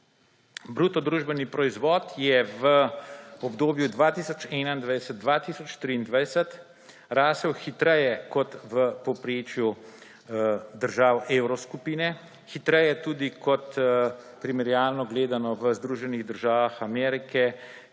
Slovenski BDP je v obdobju 2021–2023 rastel hitreje kot v povprečju držav Evroskupine, hitreje tudi, primerjalno gledano, kot v Združenih državah Amerike,